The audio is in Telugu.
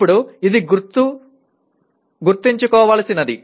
ఇప్పుడు ఇది గుర్తుంచుకోవలసినది